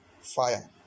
fire